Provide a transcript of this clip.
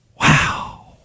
Wow